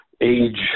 age